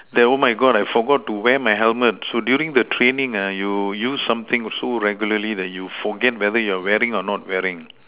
that oh my God I forgot to wear my helmet so during training uh you use something so regularly that you forget whether you were wearing or not wearing